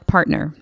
Partner